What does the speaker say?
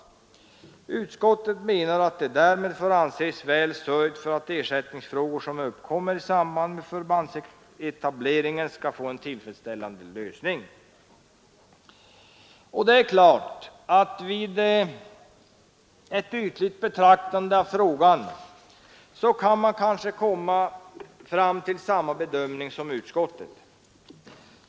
Utskottet menar att det därmed får anses väl sörjt för att ersättningsfrågor som uppkommer i samband med förbandsetableringen skall få en tillfredsställande lösning. Vid ett ytligt betraktande av frågan kan man kanske komma till samma bedömning som utskottet.